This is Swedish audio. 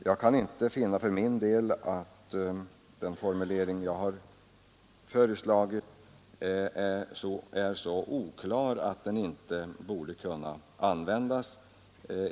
Jag kan för min del inte finna att den formulering jag har föreslagit är så oklar att den inte borde kunna användas.